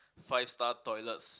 five star toilets